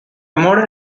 modern